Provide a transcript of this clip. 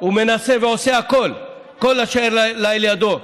הוא מנסה ועושה הכול, כל אשר לאל ידו,